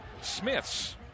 Smith's